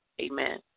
Amen